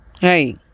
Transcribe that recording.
Hey